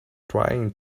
trying